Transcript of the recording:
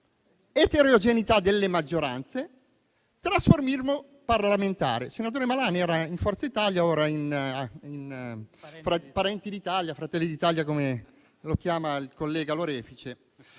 eterogeneità delle maggioranze, trasformismo parlamentare.